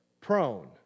prone